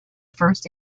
first